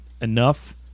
enough